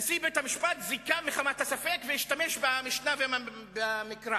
נשיא בית-המשפט זיכה מחמת הספק והשתמש במשנה ובמקרא.